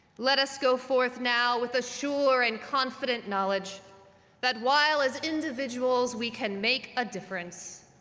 let us go forth now with a sure and confident knowledge that while as individuals we can make a difference.